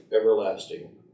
everlasting